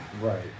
Right